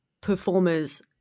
performers